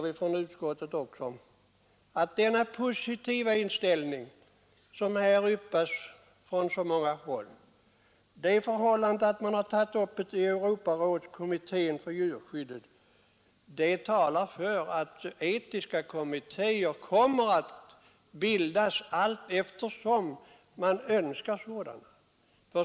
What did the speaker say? Vi inom utskottet anser att den positiva inställning som här yppas från så många håll och det förhållandet att saken tagits upp av Europarådets expertkommitté på området talar för att etiska kommittéer kommer att bildas allteftersom man önskar sådana.